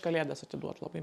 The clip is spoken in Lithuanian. kalėdas atiduot labai